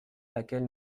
laquelle